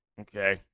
Okay